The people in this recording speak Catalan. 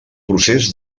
procés